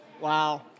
Wow